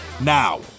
now